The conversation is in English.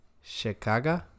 Chicago